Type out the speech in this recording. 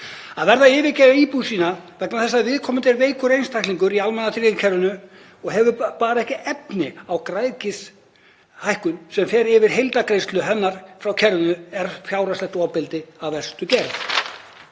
Að verða að yfirgefa íbúð sína vegna þess að viðkomandi er veikur einstaklingur í almannatryggingakerfinu og hefur bara ekki efni á græðgishækkun sem fer yfir heildargreiðslu hennar frá kerfinu er fjárhagslegt ofbeldi af verstu gerð.